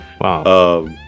Wow